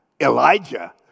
Elijah